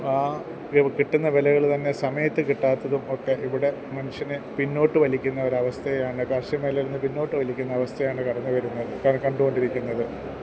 ആ കിട്ടുന്ന വിലകളു തന്നെ സമയത്ത് കിട്ടാത്തതും ഒക്കെ ഇവിടെ മനുഷ്യനെ പിന്നോട്ട് വലിക്കുന്ന ഒരവസ്ഥയാണ് കാർഷികമേഖലയിൽനിന്ന് പിന്നോട്ട് വലിക്കുന്ന ഒരവസ്ഥയാണ് കടന്നുവരുന്നത് കണ്ടുകൊണ്ടിരിക്കുന്നത്